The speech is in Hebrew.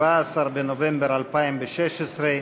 14 בנובמבר 2016,